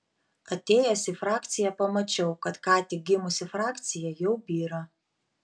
atėjęs į frakciją pamačiau kad ką tik gimusi frakcija jau byra